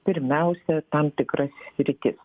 pirmiausia tam tikras sritis